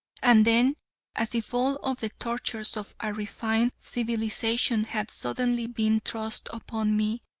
and then as if all of the tortures of a refined civilization had suddenly been thrust upon me,